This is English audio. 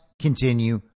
continue